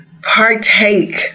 Partake